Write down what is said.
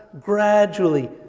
gradually